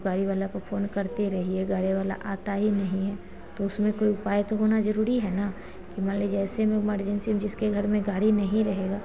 ओ गाड़ी वाला को फोन करते रहिएगा वाला आता ही नहीं है तो उसमें कोई उपाय तो होना जरूरी है न कि मान लीजिए ऐसे में मर्जेंसी में जिसके घर में गाड़ी नहीं रहेगा